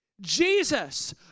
Jesus